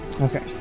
Okay